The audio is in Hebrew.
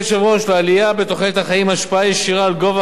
החיסכון שיעמוד לזכות הפרט בגיל הפרישה.